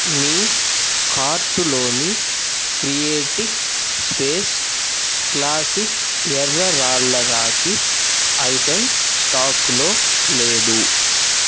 మీ కార్టులోని creative space classic ఎర్ర రాళ్ళ రాఖీ ఐటెం స్టాకులో లేదు